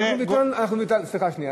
סליחה שנייה.